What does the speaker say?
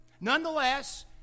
Nonetheless